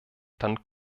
dann